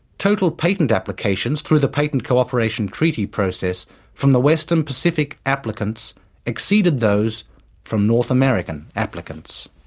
total patent applications through the patent cooperation treaty process from the western pacific applicants exceeded those from north american applicants.